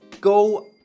go